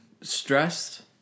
stressed